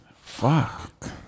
Fuck